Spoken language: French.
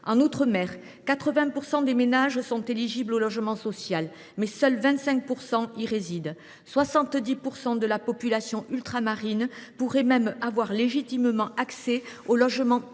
en outre mer, 80 % des ménages sont éligibles au logement social, mais seuls 25 % y résident. 70 % de la population ultramarine pourraient même légitimement prétendre au logement très